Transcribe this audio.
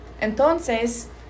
entonces